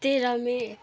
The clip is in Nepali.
तेह्र मई